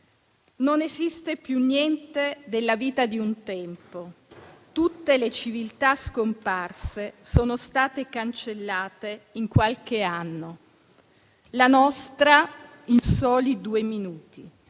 «Non esiste più niente della vita di un tempo. Tutte le civiltà scomparse sono state cancellate in qualche anno. La nostra in due minuti.